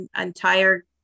entire